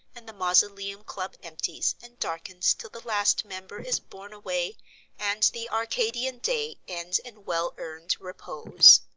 and the mausoleum club empties and darkens till the last member is borne away and the arcadian day ends in well-earned repose.